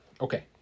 Okay